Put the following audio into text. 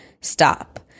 Stop